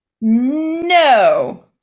No